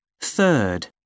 third